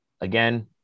Again